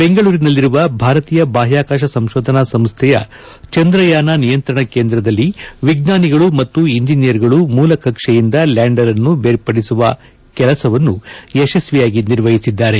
ಬೆಂಗಳೂರಿನಲ್ಲಿರುವ ಭಾರತೀಯ ಬಾಹ್ಯಾಕಾಶ ಸಂಶೋಧನಾ ಸಂಶ್ವೆಯ ಚಂದ್ರಯಾನ ನಿಯಂತ್ರಣ ಕೇಂದ್ರದಲ್ಲಿ ವಿಜ್ವಾನಿಗಳು ಮತ್ತು ಇಂಜಿನಿಯರ್ಗಳು ಮೂಲ ಕಕ್ಷೆಯಿಂದ ಲ್ಯಾಂಡರ್ನ್ನು ದೇರ್ಪಡಿಸುವ ಕೆಲಸವನ್ನು ಯಶಸ್ವಿಯಾಗಿ ನಿರ್ವಹಿಸಿದ್ದಾರೆ